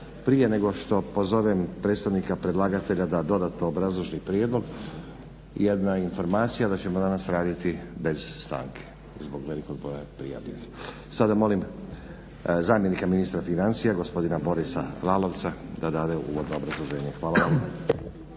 Prije nego što pozovem predstavnika predlagatelja da dodatno obrazloži prijedlog jedna informacija da ćemo danas raditi bez stanke zbog velikog broja prijavljenih. Sada molim zamjenika ministra financija gospodina Borisa Lalovca da dade uvodno obrazloženje. Hvala vam.